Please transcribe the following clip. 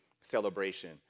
celebration